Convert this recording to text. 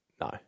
no